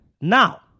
Now